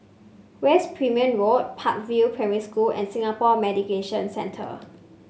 West Perimeter Road Park View Primary School and Singapore Mediation Centre